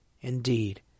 Indeed